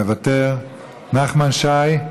מוותר, נחמן שי,